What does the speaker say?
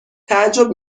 تعجب